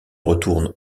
retourne